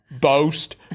Boast